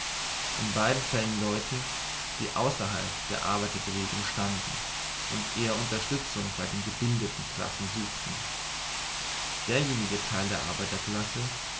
in beiden fällen leute die außerhalb der arbeiterbewegung standen und eher unterstützung bei den gebildeten klassen suchten derjenige teil der arbeiterklasse